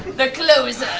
the closer.